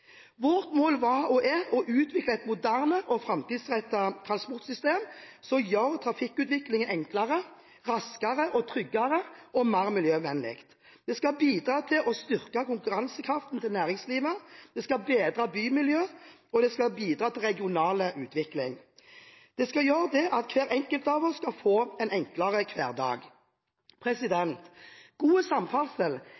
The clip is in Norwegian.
Vårt mål var og er å utvikle et moderne og framtidsrettet transportsystem som gjør trafikkutvikling enklere, raskere, tryggere og mer miljøvennlig. Det skal bidra til å styrke konkurransekraften til næringslivet, det skal bedre bymiljøet og det skal bidra til regional utvikling. Det skal gjøre at hver enkelt av oss skal få en enklere hverdag.